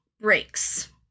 breaks